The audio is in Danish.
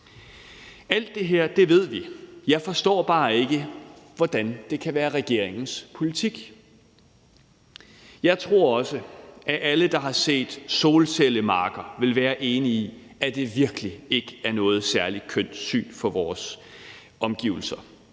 Alt det her ved vi. Jeg forstår bare ikke, hvordan det kan være regeringens politik. Jeg tror også, at alle, der har set solcellemarker, vil være enige i, at det virkelig ikke er noget særlig kønt syn i vores omgivelser